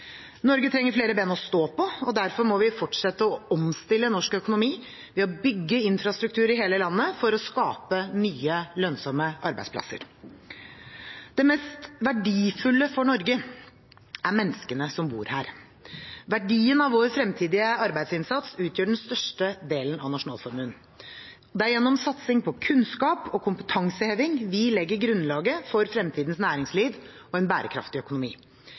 Norge trenger flere ben å stå på, og derfor må vi fortsette å omstille norsk økonomi ved å bygge infrastruktur i hele landet for å skape nye, lønnsomme arbeidsplasser. Det mest verdifulle for Norge er menneskene som bor her. Verdien av vår fremtidige arbeidsinnsats utgjør den største delen av nasjonalformuen. Det er gjennom satsing på kunnskap og kompetanseheving vi legger grunnlaget for fremtidens næringsliv og en bærekraftig økonomi.